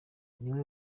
niwe